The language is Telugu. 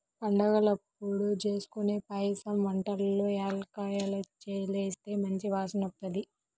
పండగలప్పుడు జేస్కొనే పాయసం వంటల్లో యాలుక్కాయాలేస్తే మంచి వాసనొత్తది